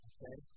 Okay